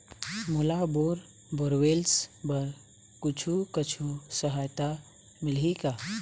मोला bore borewells बर कुछू कछु सहायता मिलही का?